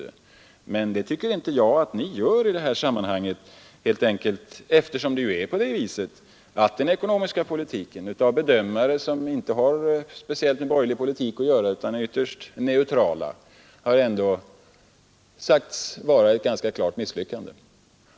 Enligt min mening gör socialdemokraterna emellertid inte det i detta sammanhang, eftersom det är på det viset att den ekonomiska politiken av bedömare, som inte har speciellt med borgerlig politik att göra utan är neutrala, förklarats vara ett klart misslyckande.